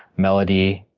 melody,